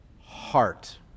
Heart